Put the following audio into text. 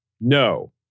No